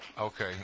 Okay